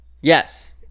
Yes